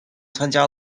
参加